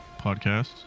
podcasts